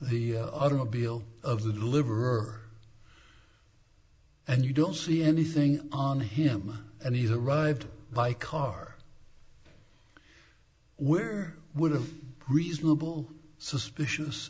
the automobile of the liver and you don't see anything on him and he's arrived by car we would have reasonable suspicious